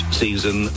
season